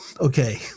okay